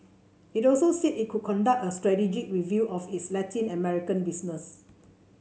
it also said it would conduct a strategic review of its Latin American business